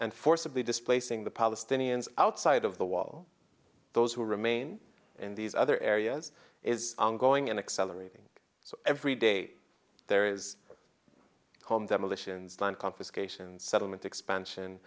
and forcibly displacing the palestinians outside of the wall those who remain in these other areas is ongoing and accelerating so every day there is home demolitions land confiscation settlement expansion